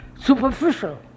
superficial